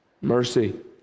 mercy